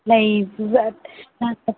ꯂꯩ ꯉꯥꯏꯈꯣ